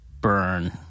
burn